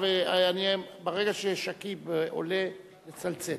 ואחריו, ברגע ששכיב עולה, נצלצל.